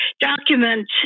document